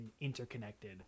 interconnected